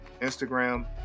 Instagram